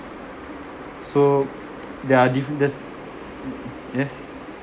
so there are differences yes